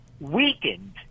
weakened